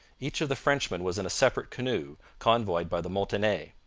each of the frenchmen was in a separate canoe, convoyed by the montagnais.